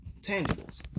Tangibles